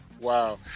wow